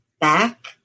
back